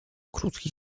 krótki